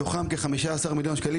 מתוך התקציב הזה כ-15 מיליון שקלים